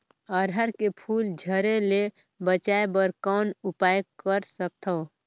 अरहर के फूल झरे ले बचाय बर कौन उपाय कर सकथव?